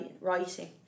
writing